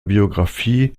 biographie